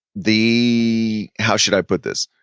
the how should i put this?